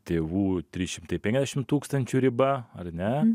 tėvų trys šimtai penkiasdešim tūkstančių riba ar ne